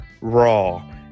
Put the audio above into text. Raw